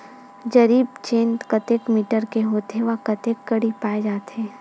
जरीब चेन कतेक मीटर के होथे व कतेक कडी पाए जाथे?